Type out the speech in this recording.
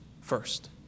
first